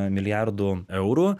milijardų eurų